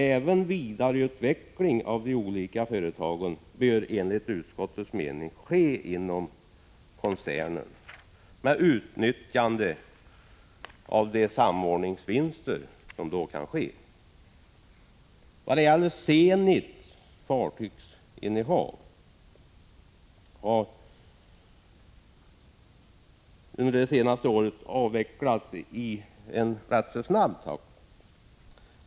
Även vidareutveckling av de olika företagen bör enligt utskottets mening ske inom koncernen med utnyttjande av de samordningsvinster som då kan göras. Zenits fartygsinnehav har under det senaste året avvecklats i rätt snabb takt.